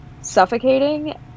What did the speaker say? suffocating